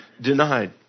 denied